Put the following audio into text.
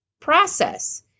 process